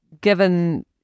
given